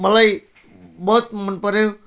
मलाई बहुत मन पर्यो